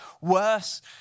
worse